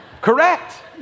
correct